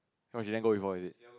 oh she never go before is it